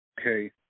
Okay